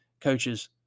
Coaches